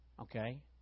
Okay